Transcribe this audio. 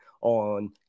on